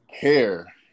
care